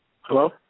Hello